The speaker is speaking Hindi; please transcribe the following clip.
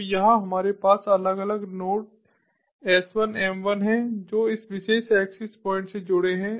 तो यहाँ हमारे पास अलग अलग नोड्स S1 M1 हैं जो इस विशेष एक्सेस प्वाइंट से जुड़े हैं